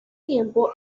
tiempo